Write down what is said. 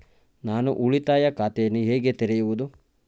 ನಾನು ಉಳಿತಾಯ ಖಾತೆಯನ್ನು ಹೇಗೆ ತೆರೆಯುವುದು?